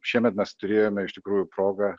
šiemet mes turėjome iš tikrųjų progą